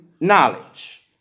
knowledge